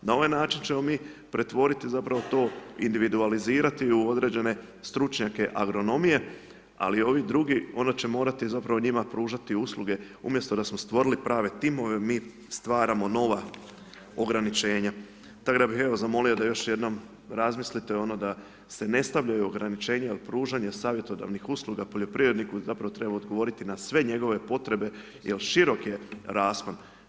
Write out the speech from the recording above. Na ovaj način ćemo mmi pretvoriti zapravo to, individualizirati u određene stručnjake agronomije ali ovi drugi, onda će morati zapravo njima pružati usluge umjesto da stvorili prave timove, mi stvaramo nova ograničenja tako da bih evo zamolio da još jednom razmilite da se ne stavljaju ograničenja ili pružanja savjetodavnih usluga ili poljoprivredniku zapravo treba odgovoriti na sve njegove potrebe jer širok je raspon.